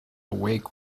wake